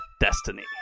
Destiny